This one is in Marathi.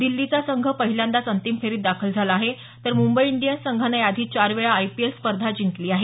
दिल्लीचा संघ पहिल्यांदाच अंतिम फेरीत दाखल झाला आहे तर मुंबई इंडियन्स संघानं याआधी चार वेळा आयपीएल स्पर्धा जिंकली आहे